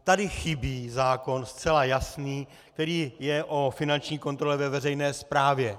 Tady chybí zákon zcela jasný, který je o finanční kontrole ve veřejné správě.